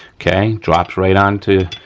okay. drops right onto